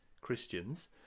Christians